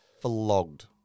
Flogged